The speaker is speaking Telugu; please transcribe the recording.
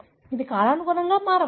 ఇది కాలానుగుణంగా మారవచ్చు